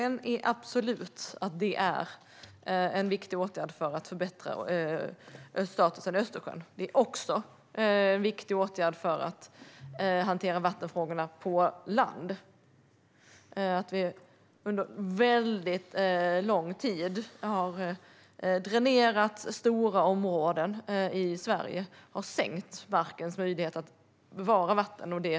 En aspekt är att det är en viktig åtgärd för att förbättra statusen i Östersjön och för att hantera vattenfrågorna på land. Under lång tid har stora områden i Sverige dränerats, och markens möjlighet att bevara vatten har minskat.